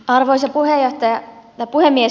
arvoisa puhemies